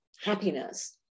happiness